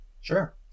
Sure